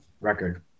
record